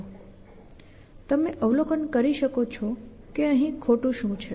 તમે અવલોકન કરી શકો છો કે અહીં ખોટું શું છે